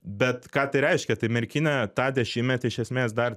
bet ką tai reiškia tai merkinė tą dešimtmetį iš esmės dar